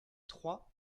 trois